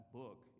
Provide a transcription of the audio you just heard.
book